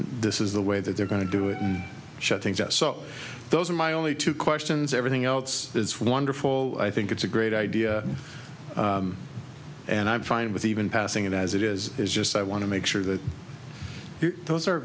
this is the way that they're going to do it and shut things up so those are my only two questions everything else is wonderful i think it's a great idea and i'm fine with even passing it as it is is just i want to make sure that those are